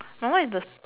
my one is the